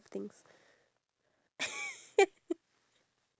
ya for their dress I know (uh huh)